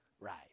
right